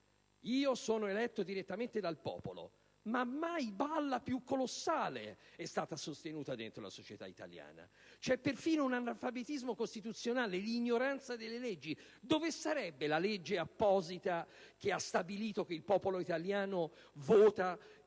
«Io sono eletto direttamente dal popolo». Ma mai balla più colossale è stata sostenuta dentro la società italiana! C'è perfino un analfabetismo costituzionale, l'ignoranza delle leggi. Dove sarebbe la legge apposita che ha stabilito che il popolo italiano vota